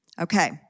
Okay